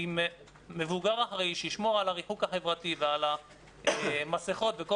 עם מבוגר אחראי שישמור על הריחוק החברתי ועל המסכות וכל